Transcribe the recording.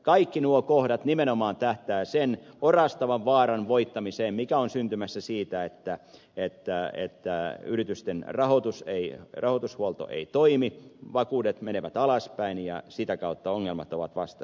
kaikki nuo kohdat nimenomaan tähtäävät sen orastavan vaaran voittamiseen mikä on syntymässä siitä että yritysten rahoitushuolto ei toimi vakuudet menevät alaspäin ja sitä kautta ongelmat ovat vastassa